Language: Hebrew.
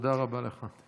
תודה רבה לך.